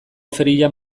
ferian